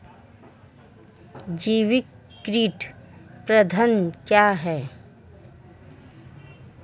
जैविक कीट प्रबंधन क्या है?